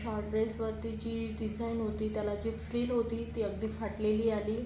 short ड्रेसवरती जी design होती त्याला जी फ्रिल होती ती अगदी फाटलेली आली